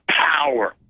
power